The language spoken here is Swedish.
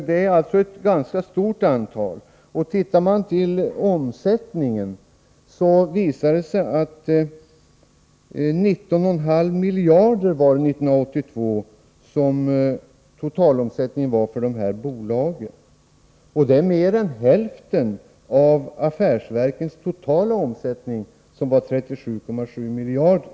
Det är alltså ett ganska stort antal bolag, och 1982 var totalomsättningen för dem 19,5 miljarder. Det är mer än hälften av affärsverkens totala omsättning, som var 37,7 miljarder.